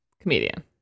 comedian